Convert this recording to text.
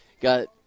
Got